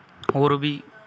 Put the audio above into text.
ਹੋਰ ਵੀ